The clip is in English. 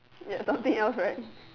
there's something else right